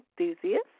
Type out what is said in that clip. enthusiast